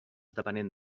depenent